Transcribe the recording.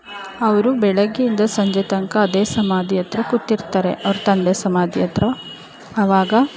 ಅವರು ಬೆಳಗ್ಗೆಯಿಂದ ಸಂಜೆ ತನಕ ಅದೇ ಸಮಾಧಿ ಹತ್ರ ಕೂತಿರ್ತಾರೆ ಅವ್ರ ತಂದೆ ಸಮಾಧಿ ಹತ್ರ ಅವಾಗ